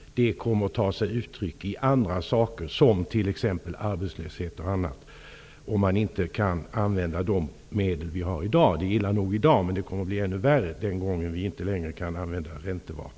Det kommer att ta sig uttryck i andra saker, t.ex. arbetslöshet, om vi inte kan använda de medel som vi har i dag. Det är illa nog i dag, men det kommer att bli värre den dag vi inte längre kan använda räntevapnet.